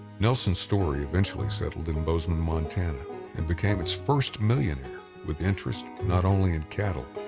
nelson story eventually settled in bozeman, montana and became its first millionaire with interest not only in cattle,